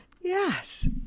Yes